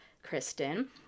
Kristen